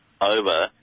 over